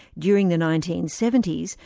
during the nineteen seventy s,